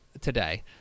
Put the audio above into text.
today